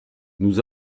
nous